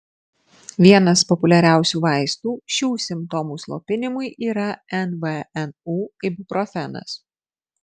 vienas populiariausių vaistų šių simptomų slopinimui yra nvnu ibuprofenas